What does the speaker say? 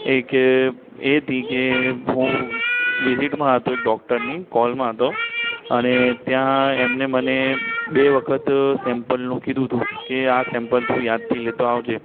એક એ હતી કે હું વિઝિટમાં હતો એક ડૉક્ટરની કૉલમાં હતો અને ત્યાં એમણે મને બે વખત સૅમ્પલનું કીધું હતું કે આ સેમ્પલ તું યાદથી લેતો આવજે